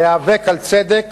להיאבק על צדק,